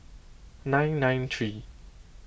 nine nine three